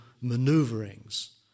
maneuverings